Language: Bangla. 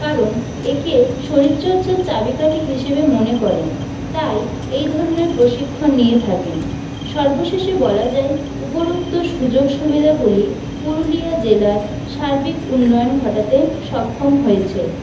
কারণ একে শরীরচর্চার চাবিকাঠি হিসেবে মনে করেন তাই এই ধরনের প্রশিক্ষণ নিয়ে থাকেন সর্বশেষে বলা যায় উপরোক্ত সুযোগ সুবিধাগুলি পুরুলিয়া জেলার সার্বিক উন্নয়ন ঘটাতে সক্ষম হয়েছে